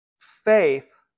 Faith